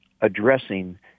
addressing